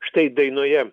štai dainoje